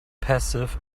passive